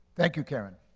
thank you, carin.